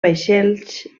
vaixells